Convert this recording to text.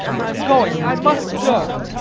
i am going. i must go.